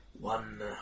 One